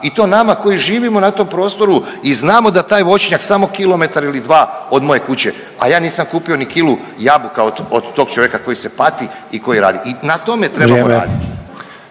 i to nama koji živimo na tom prostoru i znamo da je taj voćnjak samo kilometar ili dva od moje kuće, a ja nisam kupio ni kilu jabuka od, od tog čovjeka koji se pati i koji radi i na tome trebamo raditi